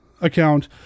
account